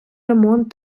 ремонт